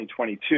2022